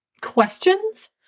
questions